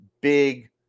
big